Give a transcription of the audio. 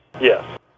Yes